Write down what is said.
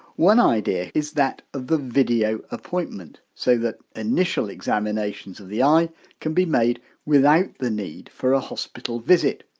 one idea is that of the video appointment, so that initial examinations of the eye can be made without the need for a hospital visit.